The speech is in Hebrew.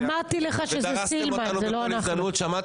היא עשתה את זה כדי להכין את